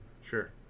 Sure